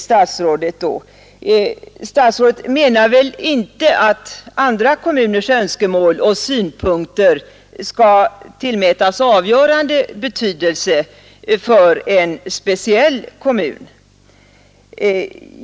Statsrådet menar väl inte att andra kommuners önskemål och synpunkter skall tillmätas avgörande betydelse för en speciell kommun?